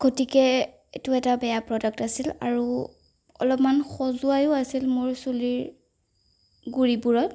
গতিকে এইটো এটা বেয়া প্ৰডাক্ট আছিল আৰু অলপমান খজুৱায়ো আছিল মোৰ চুলিৰ গুৰিবোৰত